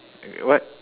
what